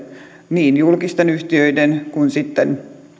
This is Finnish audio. niin julkisten yhtiöiden kuin sitten